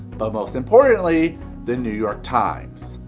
but most importantly the new your times.